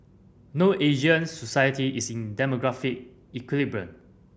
no Asian society is in demographic equilibrium